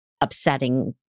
upsetting